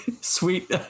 sweet